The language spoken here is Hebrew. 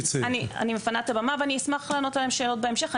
עכשיו אני מפנה את הבמה ואני אשמח לענות על שאלות בהמשך,